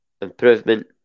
improvement